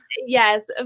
Yes